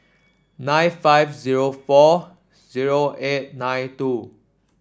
nine five zero four zero eight nine two